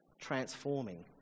transforming